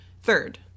third